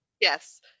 Yes